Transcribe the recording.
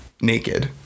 naked